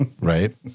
Right